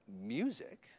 music